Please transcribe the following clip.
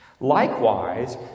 Likewise